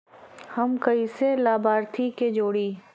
हम कइसे लाभार्थी के जोड़ी?